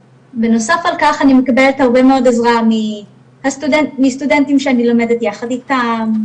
ובנוסף על כך אני מקבלת הרבה מאוד עזרה מסטודנטים שאני לומדת יחד איתם,